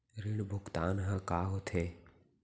ऋण भुगतान ह का होथे?